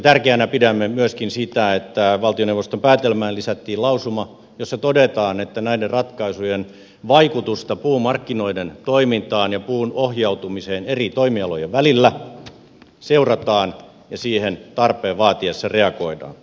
tärkeänä pidämme myöskin sitä että valtioneuvoston päätelmään lisättiin lausuma jossa todetaan että näiden ratkaisujen vaikutusta puumarkkinoiden toimintaan ja puun ohjautumiseen eri toimialojen välillä seurataan ja siihen tarpeen vaatiessa reagoidaan